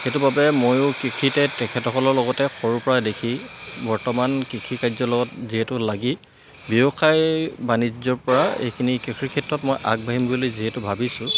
সেইটো বাবে ময়ো কৃষিতে তেখেতসকলৰ লগতে সৰুৰ পৰা দেখি বৰ্তমান কৃষিকাৰ্যৰ লগত যিহেতু লাগি ব্যৱসায় বাণিজ্যৰ পৰা এইখিনি কৃষিৰ ক্ষেত্ৰত মই আগবাঢ়িম বুলি যিহেতু ভাবিছোঁ